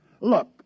Look